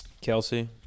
Kelsey